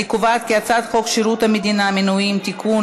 ההצעה להעביר את הצעת חוק שירות המדינה (מינויים) (תיקון,